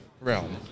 realm